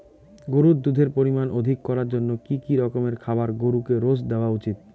গরুর দুধের পরিমান অধিক করার জন্য কি কি রকমের খাবার গরুকে রোজ দেওয়া উচিৎ?